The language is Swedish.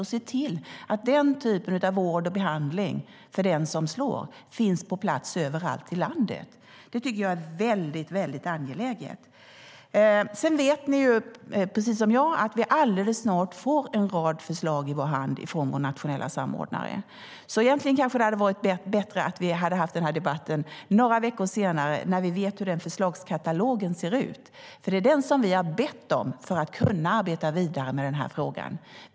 Vi måste se till att den typen av vård och behandling för den som slår finns på plats överallt i landet. Det är väldigt angeläget. Ni vet precis som jag att vi alldeles snart får en rad förslag i vår hand från vår nationella samordnare. Egentligen kanske det hade varit bättre att vi hade haft den här debatten några veckor senare när vi vet hur den förslagskatalogen ser ut. Den har vi bett om för att kunna arbeta vidare med frågan.